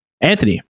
anthony